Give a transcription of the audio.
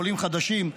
עולים חדשים,